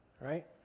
right